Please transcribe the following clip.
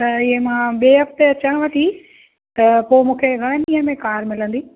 त इहे मां ॿिए हफ़्ते अचांव थी त पोइ मूंखे घणनि ॾींहंनि में कार मिलंदी